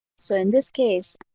so in this case,